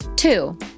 Two